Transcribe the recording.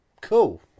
Cool